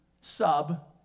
sub